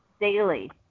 daily